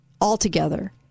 altogether